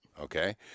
okay